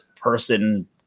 person